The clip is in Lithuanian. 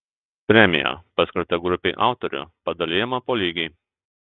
premija paskirta grupei autorių padalijama po lygiai